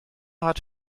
hat